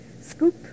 scoop